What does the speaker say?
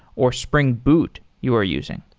or spring boot you are using?